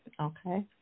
Okay